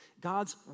God's